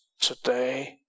today